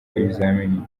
ibizamini